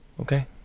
Okay